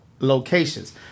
Locations